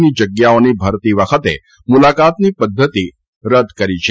ની જગ્યાઓની ભરતી વખતે મુલાકાતની પધ્ધતિ રદ કરી છે